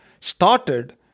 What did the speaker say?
started